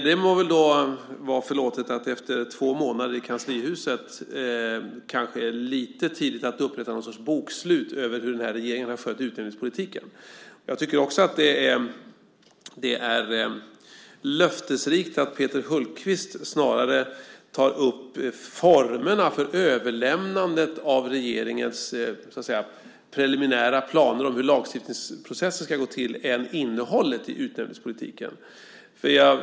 Det må väl vara förlåtet att man inte efter två månader i kanslihuset, det är kanske lite tidigt, kan upprätta något slags bokslut över hur den här regeringen har skött utnämningspolitiken. Jag tycker också att det är löftesrikt att Peter Hultqvist snarare tar upp formerna för överlämnandet av regeringens preliminära planer för hur lagstiftningsprocessen ska gå till än innehållet i utnämningspolitiken.